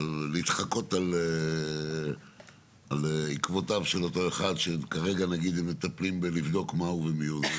להתחקות אחר עקבותיו של אותו אחד שכרגע מטפלים בלבדוק מה הוא ומי הוא,